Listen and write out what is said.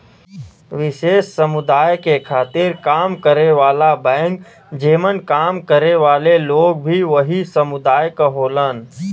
विशेष समुदाय के खातिर काम करे वाला बैंक जेमन काम करे वाले लोग भी वही समुदाय क होलन